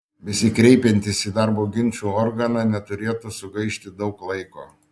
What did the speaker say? besikreipiantys į darbo ginčų organą neturėtų sugaišti daug laiko